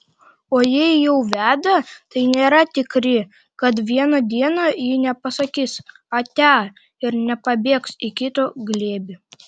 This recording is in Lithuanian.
o jei jau veda tai nėra tikri kad vieną dieną ji nepasakys atia ir nepabėgs į kito glėbį